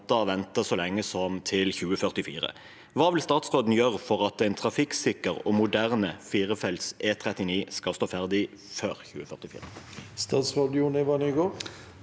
vente så lenge som til 2044. Hva vil statsråden gjøre for at for at en trafikksikker og moderne firefelts E39 skal stå ferdig før 2044?» Statsråd Jon-Ivar Nygård